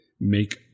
make